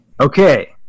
Okay